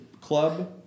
club